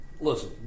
Listen